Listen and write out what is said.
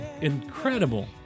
incredible